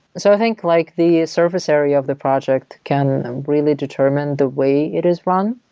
so think like the surface area of the project can really determine the way it is run.